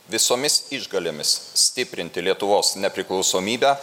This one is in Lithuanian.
visomis išgalėmis stiprinti lietuvos nepriklausomybę